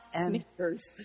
sneakers